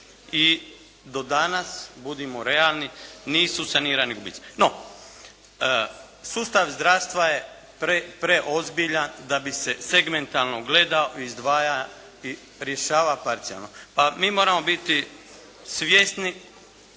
I do danas, budimo realni, nisu sanirani. No, sustav zdravstva je pre, preozbiljan da bi se segmentalno gledao i rješavao parcijalno. Pa mi moramo biti svjesni,